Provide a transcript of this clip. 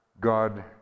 God